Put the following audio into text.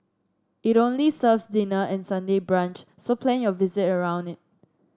it only serves dinner and Sunday brunch so plan your visit around it